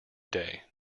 day